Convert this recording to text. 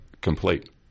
complete